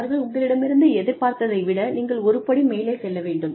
அவர்கள் உங்களிடமிருந்து எதிர்பார்ப்பதை விட நீங்கள் ஒரு படி மேலே செல்ல வேண்டும்